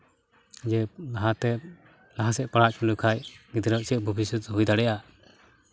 ᱡᱮ ᱞᱟᱦᱟᱛᱮ ᱞᱟᱦᱟ ᱥᱮᱫ ᱯᱟᱲᱦᱟ ᱦᱚᱪᱚ ᱞᱮᱠᱷᱟᱡ ᱜᱤᱫᱽᱨᱟᱹᱣᱟᱜ ᱪᱮᱫ ᱵᱷᱚᱵᱤᱥᱥᱚᱛ ᱦᱩᱭ ᱫᱟᱲᱮᱭᱟᱜᱼᱟ